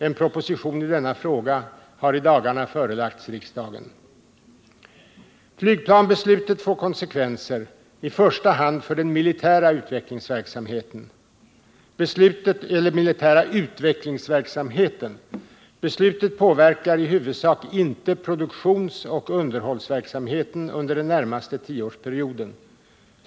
En proposition i denna fråga har i dagarna förelagts riksdagen. Flygplansbeslutet får konsekvenser i första hand för den militära utvecklingsverksamheten. Beslutet påverkar i huvudsak inte produktionsoch underhållsverksamheten under den närmaste tioårsperioden.